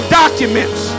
documents